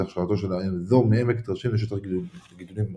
את הכשרתו של האזור מעמק טרשים לשטח לגידולים החקלאיים.